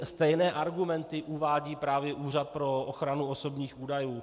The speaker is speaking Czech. Stejné argumenty uvádí právě Úřad pro ochranu osobních údajů.